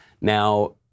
Now